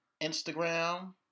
Instagram